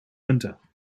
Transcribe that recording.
winter